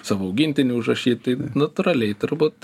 savo augintinį užrašyt tai natūraliai turbūt